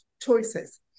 choices